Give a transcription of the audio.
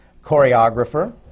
choreographer